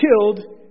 killed